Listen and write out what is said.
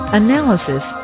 analysis